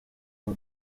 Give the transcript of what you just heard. aho